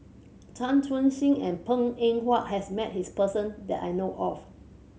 Chan Chun Sing and Png Eng Huat has met this person that I know of